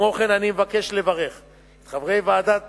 כמו כן אני מבקש לברך את חברי ועדת